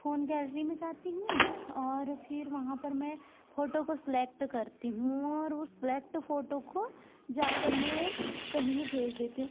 phone gallery में जाती हूँ और फिर वहाँ पर मैं फ़ोटो को सिलैक्ट करती हूँ और वो सिलैक्ट फ़ोटो को जाकर मैं कहीं भी भेज देती हूँ